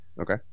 Okay